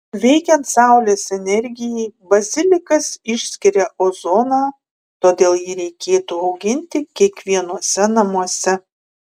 veikiant saulės energijai bazilikas išskiria ozoną todėl jį reikėtų auginti kiekvienuose namuose